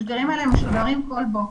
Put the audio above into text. התשדירים האלה משודרים כל בוקר,